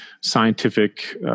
scientific